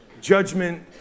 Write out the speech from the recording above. judgment